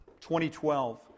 2012